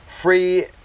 Free